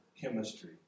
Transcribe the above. chemistry